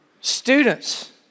students